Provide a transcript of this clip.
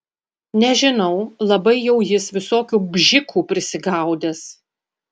nežinau labai jau jis visokių bžikų prisigaudęs